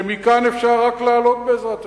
שמכאן אפשר רק לעלות, בעזרת השם.